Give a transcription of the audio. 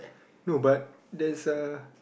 no but there's a